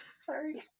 sorry